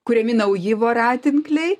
kuriami nauji voratinkliai